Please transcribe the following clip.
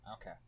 Okay